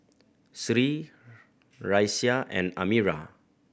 Sri Raisya and Amirah